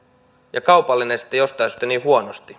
ja kaupallinen sitten jostain syystä niin huonosti